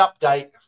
update